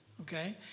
okay